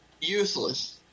useless